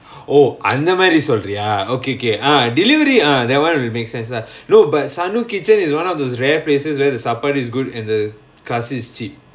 oh அந்தமாரி சொல்றியா:anthamari solriyaa okay okay ah delivery ah that [one] will make sense lah but no sanuk kitchen is one of those rare places where the supper is good and the cusis is cheap